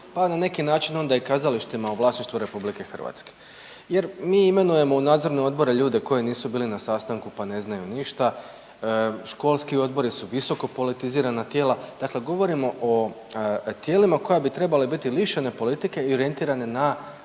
pa na neki način onda i kazalištima u vlasništvu RH jer mi imenujemo u nadzorne odbore ljude koji nisu bili na sastanku, pa ne znaju ništa, školski odbori su visoko politizirana tijela, dakle govorimo o tijelima koja bi trebala biti lišena politike i orijentirane na